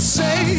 say